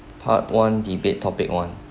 part one debate topic one